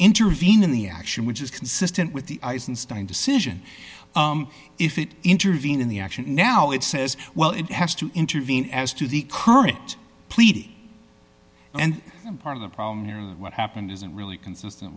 intervene in the action which is consistent with the eisenstein decision if it intervene in the action now it says well it has to intervene as to the current pleading and part of the problem here is what happened isn't really consistent